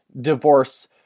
divorce